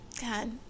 God